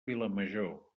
vilamajor